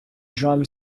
drum